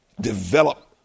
develop